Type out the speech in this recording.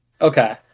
Okay